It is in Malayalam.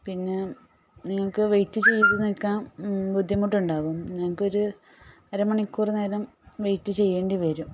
പിന്നെ നിങ്ങൾക്ക് വെയിറ്റ് ചെയ്തു നിൽക്കാൻ ബുദ്ധിമുട്ടുണ്ടാകുമോ ഞങ്ങൾക്കൊരു അരമണിക്കൂർ നേരം വെയിറ്റ് ചെയ്യേണ്ടിവരും